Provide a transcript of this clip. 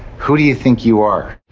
who do you think you are?